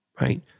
Right